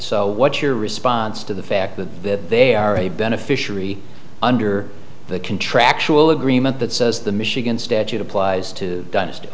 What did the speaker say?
so what's your response to the fact that they are a beneficiary under the contractual agreement that says the michigan statute applies to d